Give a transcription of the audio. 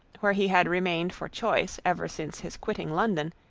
where he had remained for choice ever since his quitting london,